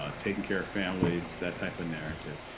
ah taking care of families that type of narrative,